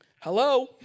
Hello